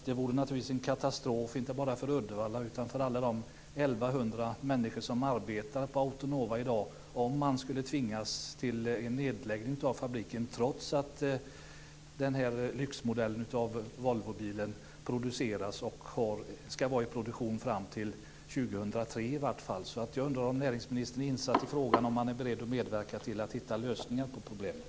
Det vore nämligen en katastrof, inte bara för Uddevalla, utan för alla de 1 100 människor som arbetar på Autonova i dag om man skulle tvingas till en nedläggning av fabriken trots att lyxmodellen av Volvobilen produceras och ska vara i produktion fram till 2003 i varje fall. Jag undrar alltså om näringsministern är insatt i frågan och om han är beredd att medverka till att hitta lösningar på problemet.